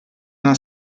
una